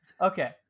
Okay